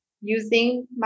using